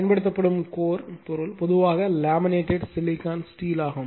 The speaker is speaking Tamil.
பயன்படுத்தப்படும் கோர் பொருள் பொதுவாக லேமினேட் சிலிக்கான் ஸ்டீல் ஆகும்